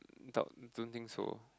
doubt don't think so